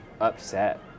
upset